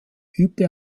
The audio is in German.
übte